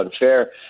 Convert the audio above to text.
unfair